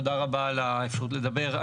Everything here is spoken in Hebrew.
תודה רבה על האפשרות לדבר.